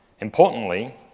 Importantly